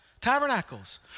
Tabernacles